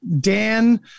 Dan